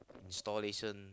installation